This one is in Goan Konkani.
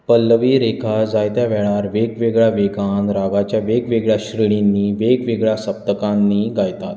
पल्लवी रेखा जायत्या वेळार वेगवेगळ्या वेगान रागाच्या वेगवेगळ्या श्रेणींनी वेगवेगळ्या सप्तकांनी गायतात